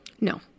No